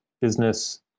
Business